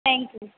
thank you